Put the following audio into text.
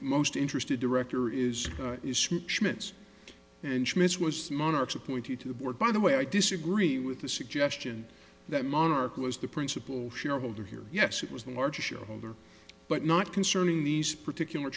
most interested director is schmitz and schmidt's was monarchs appointed to the board by the way i disagree with the suggestion that monarch was the principal shareholder here yes it was the largest shareholder but not concerning these particular